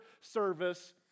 service